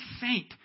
saint